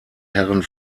herren